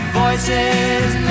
voices